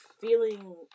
feeling